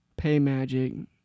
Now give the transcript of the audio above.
PayMagic